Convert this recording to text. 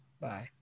Bye